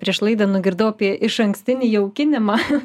prieš laidą nugirdau apie išankstinį jaukinimą